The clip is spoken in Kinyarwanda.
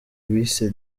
wise